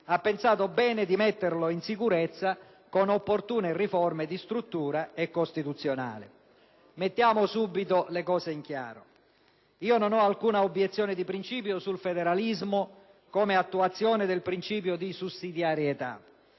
ha pensato bene di metterlo in sicurezza con opportune riforme di struttura e costituzionali. È bene mettere subito le cose in chiaro: non ho alcuna obiezione dì principio sul federalismo come attuazione del principio di sussidiarietà,